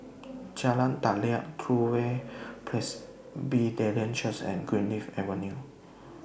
Jalan Daliah True Way Presbyterian Church and Greenleaf Avenue